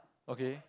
okay